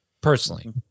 personally